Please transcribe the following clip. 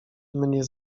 mnie